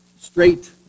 straight